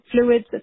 fluids